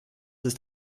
ist